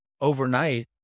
overnight